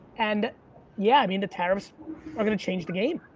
and yeah, i mean, the tariffs are gonna change the game.